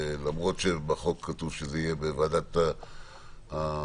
למרות שבחוק כתוב שזה יהיה בוועדת החוקה.